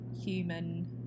human